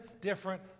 different